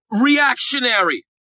reactionary